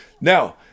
now